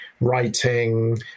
writing